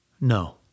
No